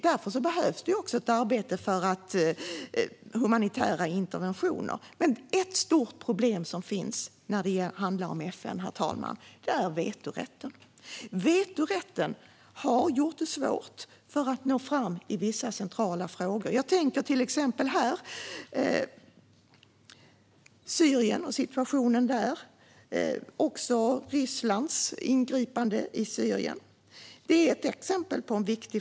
Därför behövs det ett arbete för humanitära interventioner. Ett stort problem när det handlar om FN, herr talman, är dock vetorätten. Vetorätten har gjort det svårt att nå fram i vissa centrala frågor. Jag tänker till exempel på Syrien och situationen där, inklusive Rysslands ingripande.